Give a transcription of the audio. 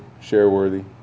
share-worthy